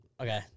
Okay